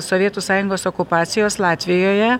sovietų sąjungos okupacijos latvijoje